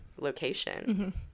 location